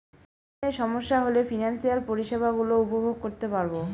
লেনদেনে সমস্যা হলে ফিনান্সিয়াল পরিষেবা গুলো উপভোগ করতে পারবো